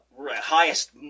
highest